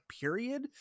period